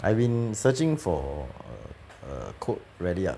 I've been searching for err colt ralliart